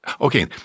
Okay